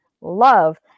love